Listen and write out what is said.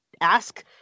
ask